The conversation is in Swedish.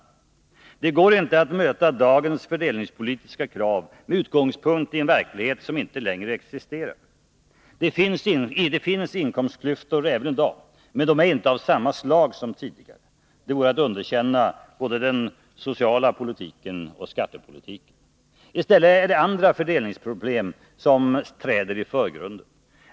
Det går inte att möta dagens fördelningspolitiska krav med utgångspunkt i en verklighet som inte längre existerar. Det finns inkomstklyftor även i dag, men de är inte av samma slag som tidigare. Det vore att underkänna den socialoch skattepolitik som förts. I stället är det andra fördelningsproblem som träder i förgrunden.